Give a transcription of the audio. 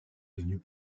devenus